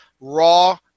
Raw